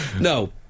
No